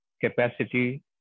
capacity